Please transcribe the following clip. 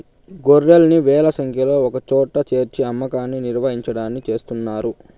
గొర్రెల్ని వేల సంఖ్యలో ఒకచోట చేర్చి అమ్మకాన్ని నిర్వహించడాన్ని చేస్తున్నారు